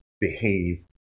behave